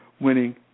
winning